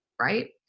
Right